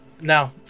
Now